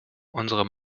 unsere